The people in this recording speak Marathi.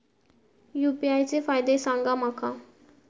यू.पी.आय चे फायदे सांगा माका?